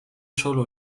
solo